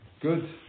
Good